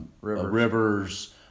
Rivers